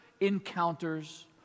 encounters